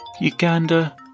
Uganda